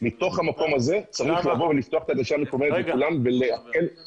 מתוך המקום הזה צריך לפתוח את ההגשה המקוונת לכולם ולעשות